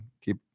Keep